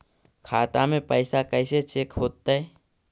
खाता में पैसा कैसे चेक हो तै?